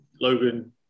logan